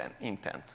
intent